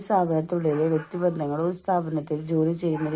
അവർ ചിലപ്പോൾ നിങ്ങൾക്കായി പ്രോഗ്രാമുകൾ ഉണ്ടാക്കിയിരിക്കാം